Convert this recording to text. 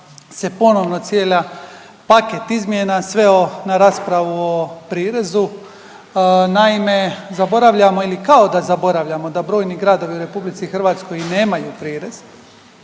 se ponovno cijela paket izmjena, sve na raspravu o prirezu, naime, zaboravljamo ili kao da zaboravljamo da brojni gradovi u RH nemaju prirez.